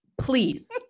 Please